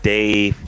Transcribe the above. Dave